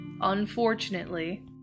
unfortunately